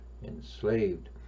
enslaved